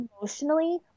emotionally